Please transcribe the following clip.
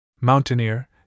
Mountaineer